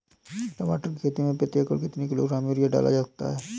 टमाटर की खेती में प्रति एकड़ कितनी किलो ग्राम यूरिया डाला जा सकता है?